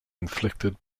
inflicted